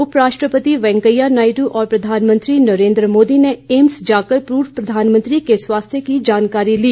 उपराष्ट्रपति वेंकैया नायडू और प्रधानमंत्री नरेंद्र मोदी ने एम्स जाकर पूर्व प्रधानमंत्री के स्वास्थ्य की जानकारी ली